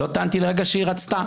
לא טענתי לרגע שהיא רצתה.